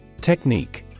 Technique